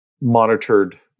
monitored